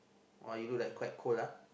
oh you look like quite cold ah